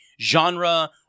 genre